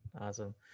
awesome